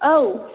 औ